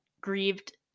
grieved